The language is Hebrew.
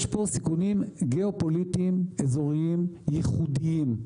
יש פה סיכונים גיאופוליטיים אזוריים ייחודיים.